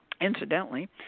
incidentally